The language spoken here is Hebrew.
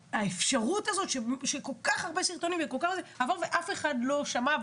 האפשרות הזאת שנעשו כל כך הרבה סרטונים וכו' ואף אחד לא שמע,